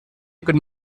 could